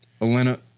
Elena